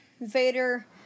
Vader